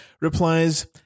replies